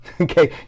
Okay